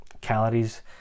calories